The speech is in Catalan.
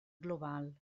global